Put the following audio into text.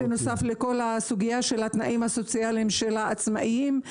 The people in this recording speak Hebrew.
בנוסף לכל הסוגיה של התנאים הסוציאליים של העצמאים.